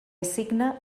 assigna